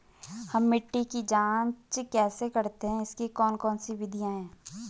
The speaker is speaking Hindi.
हम मिट्टी की जांच कैसे करते हैं इसकी कौन कौन सी विधियाँ है?